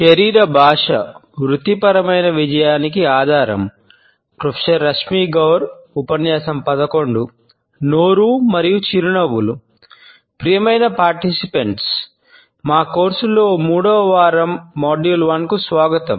ప్రియమైన పాల్గొనేవారు 1 కు స్వాగతం